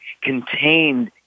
Contained